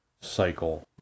cycle